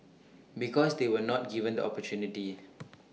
because they were not given the opportunity